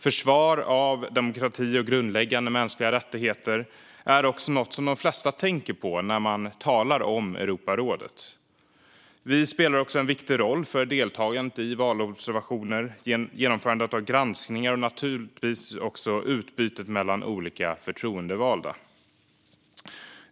Försvar av demokrati och grundläggande mänskliga rättigheter är något de flesta tänker på när man talar om Europarådet. Vi spelar också en viktig roll för deltagandet i valobservationer, genomförandet av granskningar och naturligtvis utbytet mellan olika förtroendevalda.